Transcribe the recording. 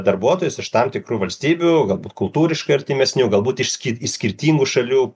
darbuotojus iš tam tikrų valstybių galbūt kultūriškai artimesnių galbūt iš skir iš skirtingų šalių